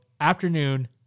afternoon